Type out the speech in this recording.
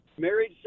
Married